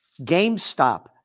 GameStop